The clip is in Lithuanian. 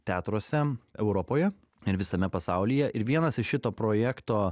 teatruose europoje ir visame pasaulyje ir vienas iš šito projekto